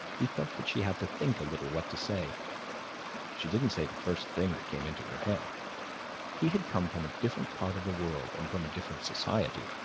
he felt that she had to think a little what to say she didn't say the first thing that came into her head he had come from a different part of the world and from a different society,